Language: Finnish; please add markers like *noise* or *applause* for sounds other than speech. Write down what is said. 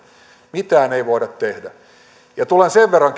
mitään ei voida tehdä tulen sen verran *unintelligible*